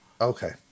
Okay